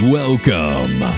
welcome